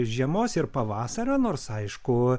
žiemos ir pavasario nors aišku